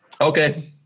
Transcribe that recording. okay